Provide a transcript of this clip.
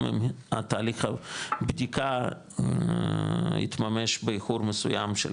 גם אם תאריך הבדיקה התממש באיחור מסוים של